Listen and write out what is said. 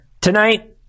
Tonight